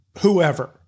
whoever